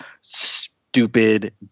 stupid